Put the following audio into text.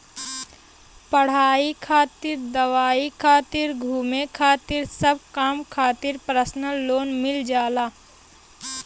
पढ़ाई खातिर दवाई खातिर घुमे खातिर सब काम खातिर परसनल लोन मिल जाला